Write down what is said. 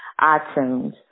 iTunes